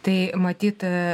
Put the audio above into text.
tai matyt